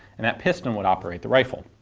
and that piston would operate the rifle.